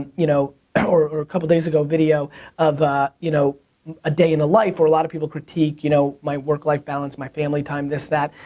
you know or a couple days ago video of you know a day in the life where a lot of people critique you know my work-life balance, my family time, this, that,